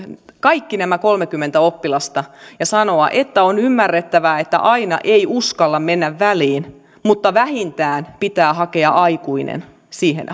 kaikki nämä kolmekymmentä oppilasta ja sanoa että on ymmärrettävää että aina ei uskalla mennä väliin mutta vähintään pitää hakea aikuinen siihen